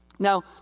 Now